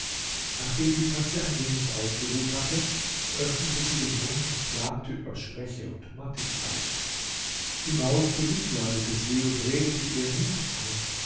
nachdem die katze ein wenig ausgeruht hatte öffnete sie den mund und klagte über schwäche und mattigkeit die maus bemitleidete sie und redete ihr mut ein